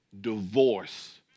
divorce